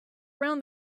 around